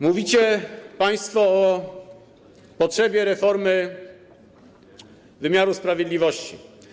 Mówicie państwo o potrzebie reformy wymiaru sprawiedliwości.